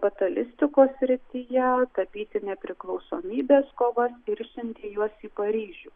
patalistikos srityje tapyti nepriklausomybės kovas ir išsiuntė juos į paryžių